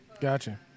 Gotcha